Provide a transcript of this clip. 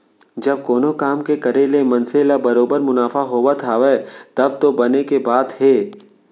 जब कोनो काम के करे ले मनसे ल बरोबर मुनाफा होवत हावय तब तो बने के बात हे